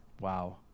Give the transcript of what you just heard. wow